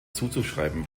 zuzuschreiben